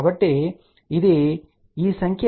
కాబట్టి ఇది ఈ సంఖ్య అయితే ఇది 0